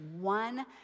one